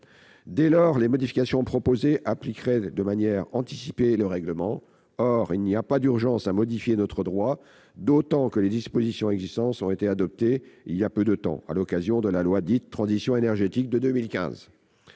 Dès lors, les modifications proposées reviendraient à appliquer de manière anticipée le règlement. Or il n'y a pas d'urgence à modifier notre droit, d'autant que les dispositions existantes ont été adoptées voilà peu de temps, à l'occasion de la loi de 2015 relative à la transition énergétique.